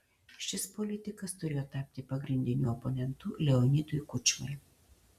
šis politikas turėjo tapti pagrindiniu oponentu leonidui kučmai